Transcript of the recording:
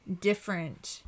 different